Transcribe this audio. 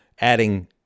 adding